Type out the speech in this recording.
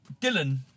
Dylan